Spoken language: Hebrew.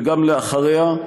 וגם אחריה,